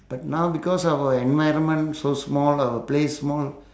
but now because our environment so small our place small